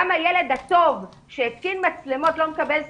גם מי שהיה טוב והתקין מצלמות לא מקבל סבסוד,